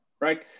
right